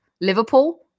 Liverpool